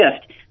shift